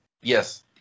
Yes